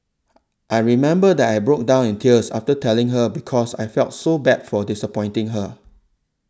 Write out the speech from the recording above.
I remember that I broke down in tears after telling her because I felt so bad for disappointing her